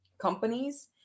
companies